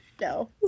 no